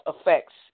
affects